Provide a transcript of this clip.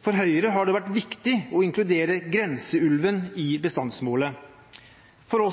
For Høyre har det vært viktig å inkludere grenseulven i bestandsmålet. For